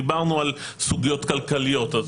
דיברנו על סוגיות כלכליות.